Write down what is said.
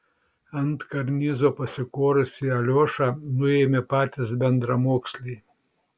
ant karnizo pasikorusį aliošą nuėmė patys bendramoksliai